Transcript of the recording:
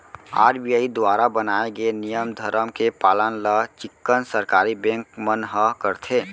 RBI दुवारा बनाए गे नियम धरम के पालन ल चिक्कन सरकारी बेंक मन ह करथे